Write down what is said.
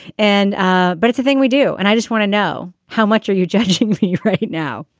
and ah but it's a thing we do. and i just want to know, how much are you judging me right now?